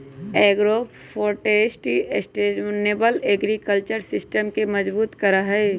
agroforestry sustainable agriculture system के मजबूत करा हई